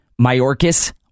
Mayorkas